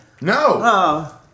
No